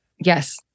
Yes